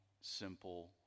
simple